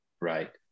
right